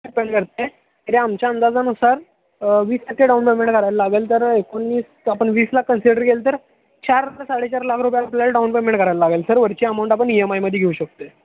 depend करतं आहे तरी आमच्या अंदाजानुसार वीस टक्के डाउन पेमेंट करायला लागेल तर एकोणीस आपण वीस लाख कन्सिडर केलं तर चार ते साडेचार लाख रुपये आपल्याला डाउन पेमेंट करायला लागेल सर वरची अमाऊंट आपण ई एम आयमध्ये घेऊ शकतो आहे